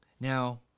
Now